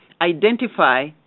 identify